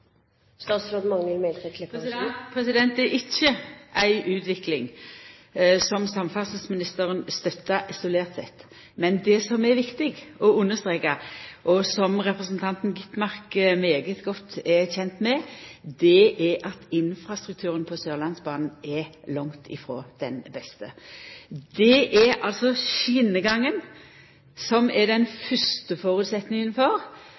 Det er ikkje ei utvikling som samferdselsministeren støttar isolert sett. Men det som er viktig å understreka, og som representanten Skovholt Gitmark er svært godt kjend med, er at infrastrukturen på Sørlandsbanen langt frå er den beste. Det er skjenegangen som er den fyrste føresetnaden for